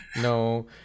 no